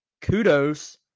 kudos